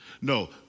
No